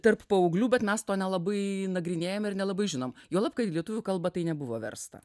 tarp paauglių bet mes to nelabai nagrinėjam ir nelabai žinom juolab kadį lietuvių kalbą tai nebuvo versta